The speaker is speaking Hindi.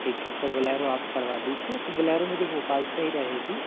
ठीक है तो बोलेरो आप करवा दीजिए तो बोलेरो मुझे भोपाल से ही रहेगी